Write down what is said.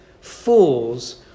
Fools